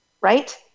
Right